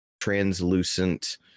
translucent